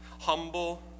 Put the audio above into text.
humble